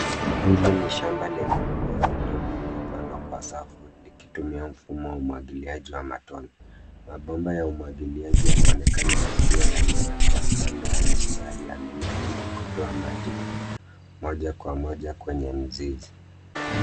Hili ni shamba lenye mimea midogo iliyopandwa kwa safu likitumia mfumo wa umwagiliaji wa matone. Mabomba ya umwagiliaji yanaonekana yakiwa yamewekwa kando ya mistari ya mimea ili kutoa maji moja kwa moja kwenye mizizi.